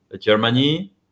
Germany